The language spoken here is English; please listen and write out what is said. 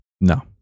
No